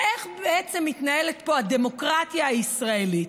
ואיך בעצם מתנהלת פה הדמוקרטיה הישראלית,